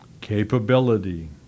Capability